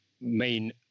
main